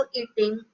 eating